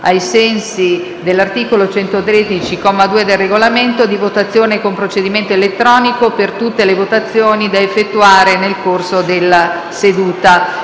ai sensi dell'articolo 113, comma 2, del Regolamento, la richiesta di votazione con procedimento elettronico per tutte le votazioni da effettuare nel corso della seduta.